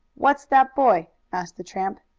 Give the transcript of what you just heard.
what's that boy? asked the tramp.